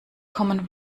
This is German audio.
common